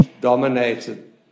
dominated